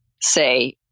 say